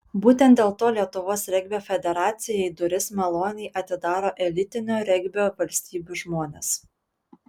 būtent dėl to lietuvos regbio federacijai duris maloniai atidaro elitinių regbio valstybių žmonės